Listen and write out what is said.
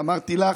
ואמרתי לך,